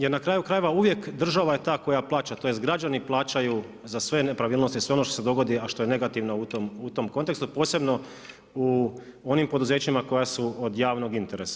Jer na kraju krajeva uvijek država je ta koja plaća, tj. građani plaćaju za sve nepravilnosti, sve ono što se dogodi a što je negativno u tom kontekstu posebno u onim poduzećima koja su od javnog interesa.